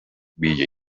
villa